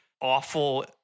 awful